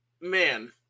man